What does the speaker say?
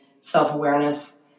self-awareness